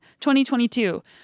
2022